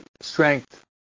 strength